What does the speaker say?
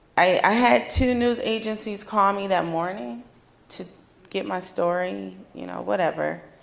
i had two news agencies call me that morning to get my story, you know whatever,